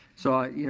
so, you